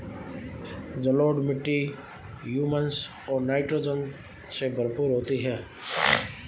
जलोढ़ मिट्टी हृयूमस और नाइट्रोजन से भरपूर होती है